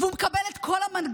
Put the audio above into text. הוא מקבל את כל המנגנון,